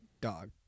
dog